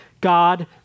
God